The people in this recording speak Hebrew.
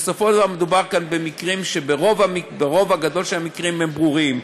בסופו של דבר מדובר על מקרים שברוב הגדול שלהם הם ברורים.